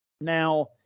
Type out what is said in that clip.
Now